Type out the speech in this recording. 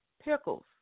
pickles